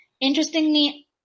Interestingly